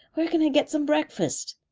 where can i get some breakfast?